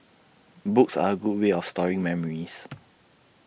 books are A good way of storing memories